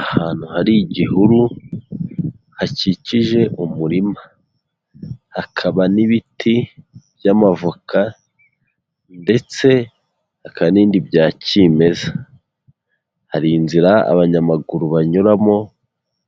Ahantu hari igihuru hakikije umurima, hakaba n'ibiti by'amavoka ndetse hakaba n'ibindi bya kimeza, hari inzira abanyamaguru banyuramo